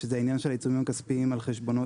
שזה העניין של העיצומים הכספיים על חשבונות.